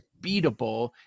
beatable